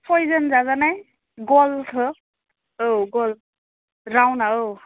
सयजोन जाजानाय गलखो औ गल राउन्डआ औ